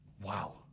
Wow